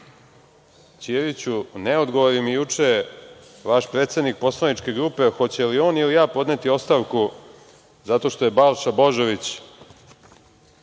Ćiriću, ne odgovori mi juče vaš predsednik poslaničke grupe, hoće li on ili ja podneti ostavku zato što je Balša Božović,